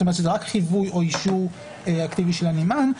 שזה רק חיווי או אישור אקטיבי של הנמען,